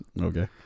Okay